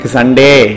Sunday